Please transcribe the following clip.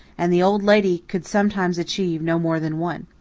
and the old lady could sometimes achieve no more than one.